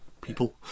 people